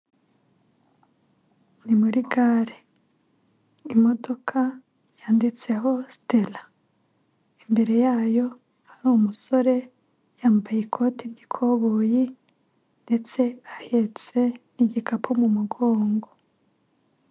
Ni muri gare, imodoka yanditseho Sitera, imbere yayo hari umusore, yambaye ikote ry'ikoboyi ndetse ahetse n'igikapu mu mugongo.